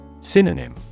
Synonym